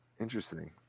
Interesting